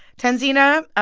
tanzina,